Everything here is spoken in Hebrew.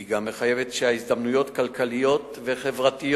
היא גם מחייבת שהזדמנויות כלכליות וחברתיות